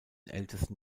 ältesten